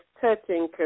touching